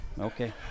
Okay